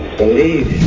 believe